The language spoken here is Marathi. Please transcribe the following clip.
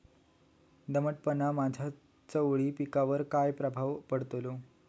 दमटपणाचा माझ्या चवळी पिकावर काय प्रभाव पडतलो?